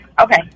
okay